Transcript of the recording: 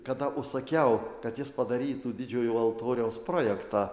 kada užsakiau kad jis padarytų didžiojo altoriaus projektą